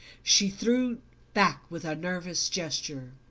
she drew back with a nervous gesture.